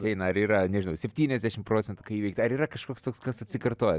eina ar yra nežinau septyniasdešim procentų kai įveikta ar yra kažkoks toks kas atsikartoja